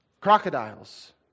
Crocodiles